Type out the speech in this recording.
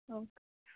okay